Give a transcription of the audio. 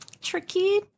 tricky